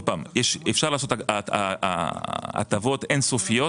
אפשר לעשות הטבות אין סופיות.